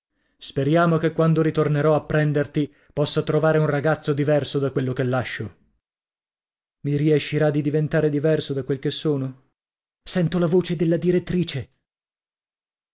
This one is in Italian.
speriamo che quando ritornerò a prenderti possa trovare un ragazzo diverso da quello che lascio i riescirà di diventare diverso da quel che sono sento la voce della direttrice